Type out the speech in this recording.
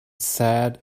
sad